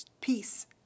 peace